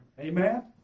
Amen